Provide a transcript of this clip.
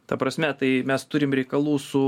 ta prasme tai mes turim reikalų su